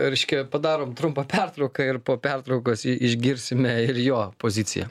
reiškia padarom trumpą pertrauką ir po pertraukos išgirsime ir jo poziciją